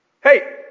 Hey